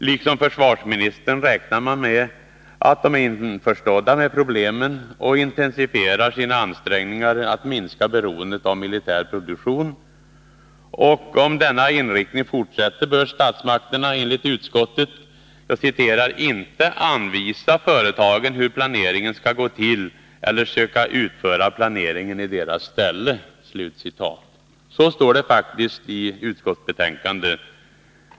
Liksom försvarsministern räknar man med att de är införstådda med problemen och intensifierar sina ansträngningar att minska beroendet av militär produktion. Och om denna inriktning fortsätter bör statsmakterna, enligt utskottet, ”inte anvisa företagen hur planeringen skall gå till eller söka utföra planeringen i deras ställe”. Så står det faktiskt i utskottsbetänkandet.